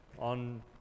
on